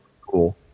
cool